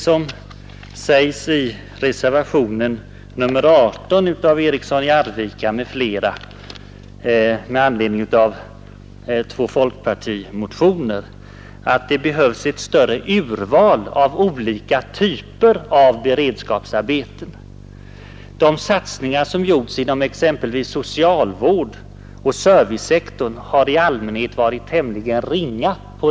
Som sägs i reservationen 18 av herr Eriksson i Arvika m.fl. med anledning av två folkpartimotioner behövs det ett större urval av olika typer av beredskapsarbeten. De satsningar som på detta område gjorts inom exempelvis socialvården och servicesektorn har i allmänhet varit tämligen små.